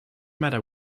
matter